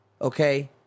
okay